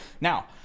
Now